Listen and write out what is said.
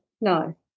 No